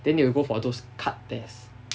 then they will go for those cut test